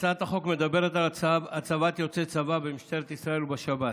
הצעת החוק מדברת על הצבת יוצאי צבא במשטרת ישראל ובשב"ס.